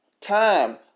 Time